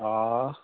آ